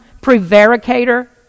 prevaricator